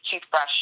toothbrush